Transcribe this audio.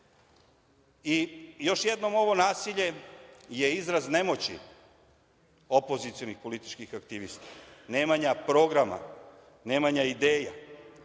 jednom, ovo nasilje je izraz nemoći opozicionih političkih aktivista, nemanja programa, nemanja ideja,